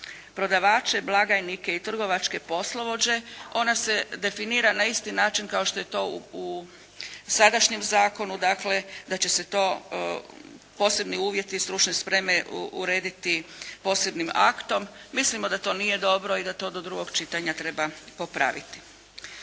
prodavače, blagajnike i trgovačke poslovođe ona se definira na isti način kao što je to u sadašnjem zakonu, dakle da će se to posebni uvjeti stručne spreme urediti posebnim aktom. Mislimo da to nije dobro i da to do drugog čitanja treba popraviti.